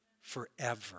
Forever